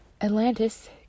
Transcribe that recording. Atlantis